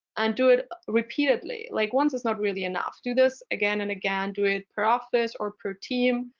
and do it repeatedly. like once it's not really enough. do this again and again. do it per office or per team.